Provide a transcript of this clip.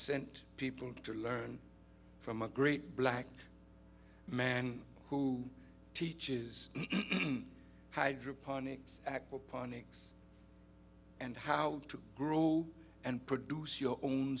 sent people to learn from a great black man who teaches hydroponics aquaponics and how to grow and produce your own